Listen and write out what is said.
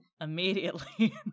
immediately